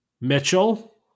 Mitchell